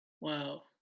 Wow